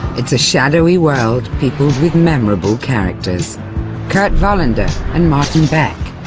it's a shadowy world peopled with memorable characters kurt wallander and martin beck,